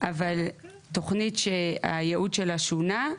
אבל תוכנית שהייעוד שלה שונה,